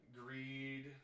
greed